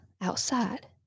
outside